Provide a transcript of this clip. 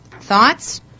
Thoughts